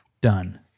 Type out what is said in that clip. done